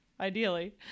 ideally